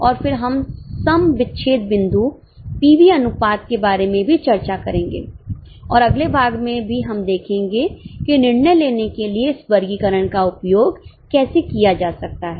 और फिर हम सम विच्छेद बिंदु पीवी अनुपात के बारे में भी चर्चा करेंगे और अगले भाग में भी हम देखेंगे कि निर्णय लेने के लिए इस वर्गीकरण का उपयोग कैसे किया जा सकता है